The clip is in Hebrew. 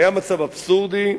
קיים מצב אבסורדי,